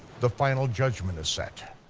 the final judgment is set.